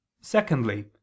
Secondly